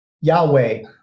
Yahweh